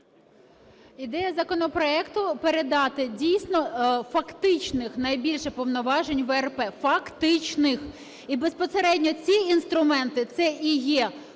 Ідея законопроекту – передати, дійсно, фактичних найбільше повноважень ВРП, фактичних. І безпосередньо ці інструменти це і є